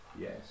Yes